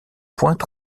pointe